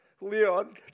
Leon